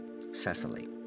Cecily